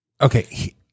Okay